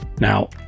Now